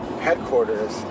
headquarters